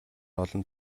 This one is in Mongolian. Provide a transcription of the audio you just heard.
олон